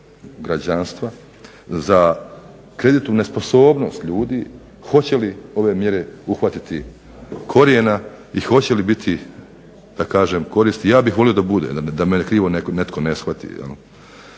za kreditnu sposobnost ljudi hoće li ove mjere uhvatiti korijena i hoće li biti koristi. Ja bih volio da bude da me krivo netko ne shvati.